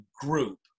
group